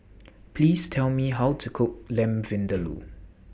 Please Tell Me How to Cook Lamb Vindaloo